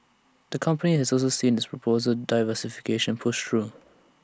the company has also seen its proposed diversification pushed through